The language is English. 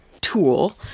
tool